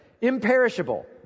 Imperishable